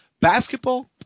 Basketball